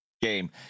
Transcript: game